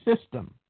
system